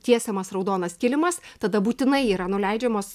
tiesiamas raudonas kilimas tada būtinai yra nuleidžiamos